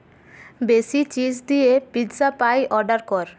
বেশি চীজ দিয়ে pizza pie order কর